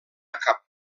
cap